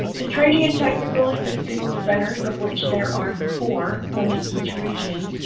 the training and technical assistance centers of which there are four, one in each region,